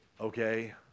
okay